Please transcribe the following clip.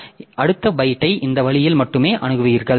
எனவே அடுத்த பைட்டை இந்த வழியில் மட்டுமே அணுகுவீர்கள்